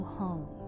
home